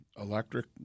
electric